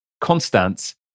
Constance